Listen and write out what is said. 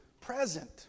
present